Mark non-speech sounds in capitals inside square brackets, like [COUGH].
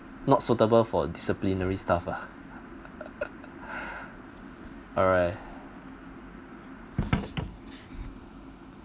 not suitable for disciplinary stuff ah [LAUGHS] alright